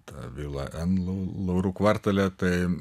tą vilą en lau laurų kvartale tai